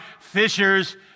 Fishers